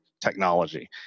technology